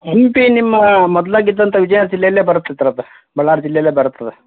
ಹಂಪಿ ನಿಮ್ಮ ಮೊದಲಾಗಿದ್ದಂತ ವಿಜಯ ಜಿಲ್ಲೆಯಲ್ಲೆ ಬರುತ್ತೆ ತಗರಪ್ಪ ಬಳ್ಳಾರಿ ಜಿಲ್ಲೆಯಲ್ಲೆ ಬರುತ್ತೆ ಅದು